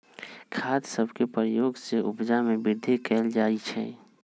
खाद सभके प्रयोग से उपजा में वृद्धि कएल जाइ छइ